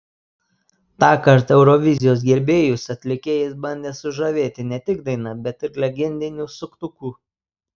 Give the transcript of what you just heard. tąkart eurovizijos gerbėjus atlikėjas bandė sužavėti ne tik daina bet ir legendiniu suktuku